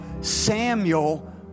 Samuel